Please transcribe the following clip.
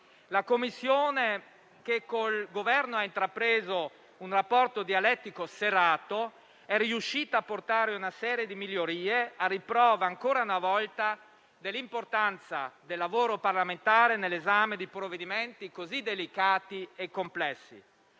La Commissione, che con il Governo ha intrapreso un rapporto dialettico serrato, è riuscita ad apportare una serie di migliorie, a riprova ancora una volta dell'importanza del lavoro parlamentare nell'esame di provvedimenti così delicati e complessi.